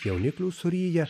jauniklių suryja